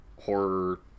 horror